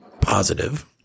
positive